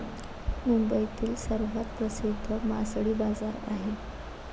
मुंबईतील सर्वात प्रसिद्ध मासळी बाजार आहे